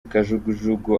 kajugujugu